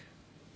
okay